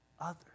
others